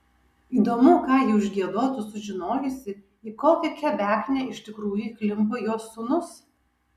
įdomu ką ji užgiedotų sužinojusi į kokią kebeknę iš tikrųjų įklimpo jos sūnus